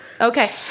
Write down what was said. Okay